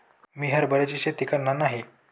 मी हरभऱ्याची शेती करणार नाही